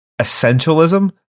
essentialism